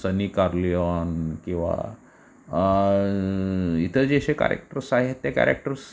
सनी Corleone किंवा इतर जे असे कॅरेक्टर्स आहेत त्या कॅरेक्टर्स